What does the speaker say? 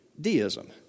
deism